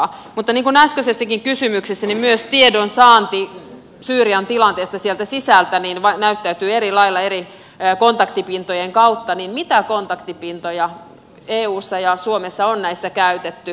mutta niin kuin äskeisessäkin kysymyksessä niin myös tiedon saanti syyrian tilanteesta sieltä sisältä näyttäytyy eri lailla eri kontaktipintojen kautta joten mitä kontaktipintoja eussa ja suomessa on näissä käytetty